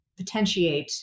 potentiate